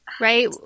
right